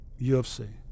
UFC